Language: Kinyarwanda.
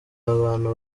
bantu